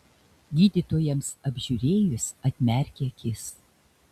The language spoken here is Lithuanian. gydytojams apžiūrėjus atmerkė akis